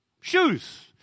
Shoes